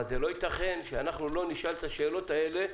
אבל לא ייתכן שאנחנו לא נשאל את השאלות האלה.